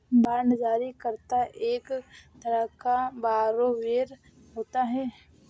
bond जारी करता एक तरह का बारोवेर होता है